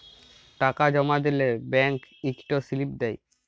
টাকা জমা দিলে ব্যাংক ইকট সিলিপ দেই